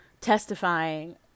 testifying